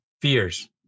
fears